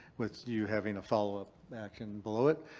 with you having a follow-up action below it.